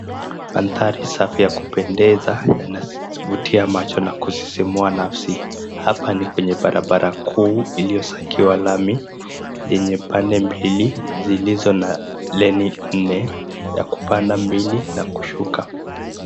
Mandhari safi ya kupendeza yanavutia macho na kusisimua nafsi. Hapa ni kwenye barabara kuu iliyosakiwa lami, yenye pande mbili zilizo na leni nne; ya kupanda mbili na kushuka.